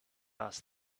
asked